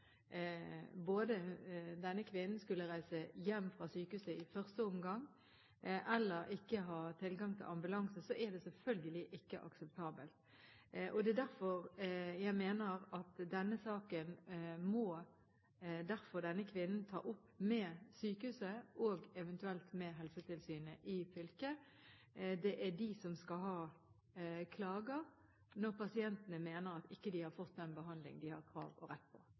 tilgang til ambulanse, er det selvfølgelig ikke akseptabelt. Jeg mener at denne saken må derfor denne kvinnen ta opp med sykehuset og eventuelt med helsetilsynet i fylket. Det er de som skal ha klager når pasientene mener at de ikke har fått den behandling de har krav og rett på.